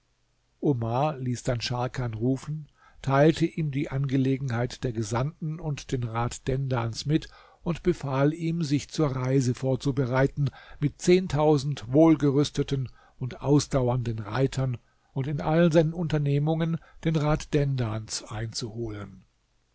omar ließ dann scharkan rufen teilte ihm die angelegenheit der gesandten und den rat dendans mit und befahl ihm sich zur reise vorzubereiten mit zehntausend wohlgerüsteten und ausdauernden reitern und in allen seinen unternehmungen den rat dendans einzuholen